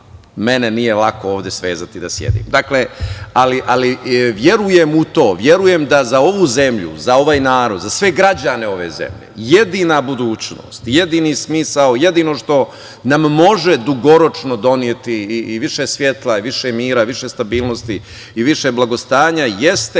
mene nije lako ovde svezati da sedim. Verujem u to, verujem da za ovu zemlju, za ovaj narod, za sve građane ove zemlje, jedina budućnost, jedini smisao i jedino što nam može dugoročno doneti i više svetla i više mira, više stabilnosti i više blagostanja, jeste